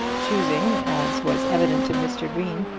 choosing, as was evident to mr. green,